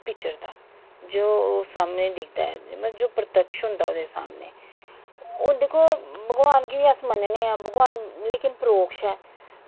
विचरदा जो सामनै दिक्खदा ओह् जो प्रत्यक्ष होंदा ओह्दे सामनै ओह् दिक्खो भगवान गी बी अस मन्नने आं लेकिन परोक्ष ऐ